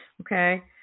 okay